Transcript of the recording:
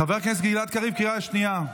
חבר הכנסת גלעד קריב, קריאה שנייה.